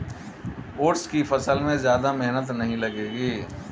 oats की फसल में ज्यादा मेहनत नहीं लगेगी